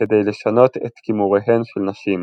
כדי לשנות את קימוריהן של נשים.